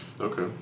Okay